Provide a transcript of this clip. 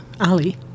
Ali